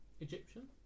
Egyptian